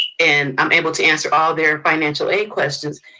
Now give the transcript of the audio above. and i'm able to answer all their financial aid questions.